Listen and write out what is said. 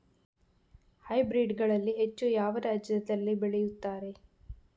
Hybrid ಗಳನ್ನು ಹೆಚ್ಚು ಯಾವ ರಾಜ್ಯದಲ್ಲಿ ಬೆಳೆಯುತ್ತಾರೆ?